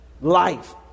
life